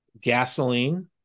gasoline